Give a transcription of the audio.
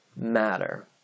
matter